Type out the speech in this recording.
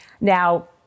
Now